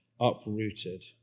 uprooted